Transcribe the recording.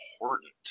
important